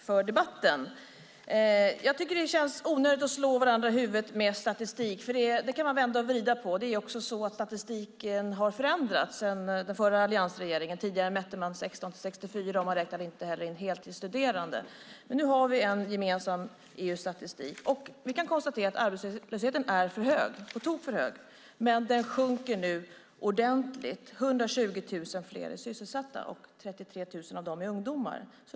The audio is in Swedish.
Fru talman! Jag tackar för debatten. Det känns onödigt att vi slår varandra i huvudet med statistik, för den kan man vända och vrida på. Statistiken har dessutom förändrats sedan den förra alliansregeringen. Tidigare mätte man 16-64, och man räknade inte in heltidsstuderande. Nu har vi dock en gemensam EU-statistik. Arbetslösheten är på tok för hög. Den sjunker dock ordentligt. 120 000 fler är sysselsatta och 33 000 av dem är ungdomar.